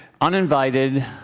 uninvited